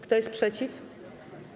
Kto jest przeciw?